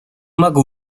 могу